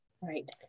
right